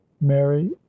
Mary